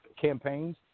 campaigns